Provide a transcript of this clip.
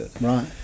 right